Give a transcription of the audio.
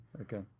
Okay